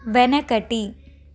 వెనకటి